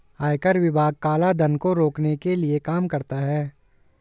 आयकर विभाग काला धन को रोकने के लिए काम करता है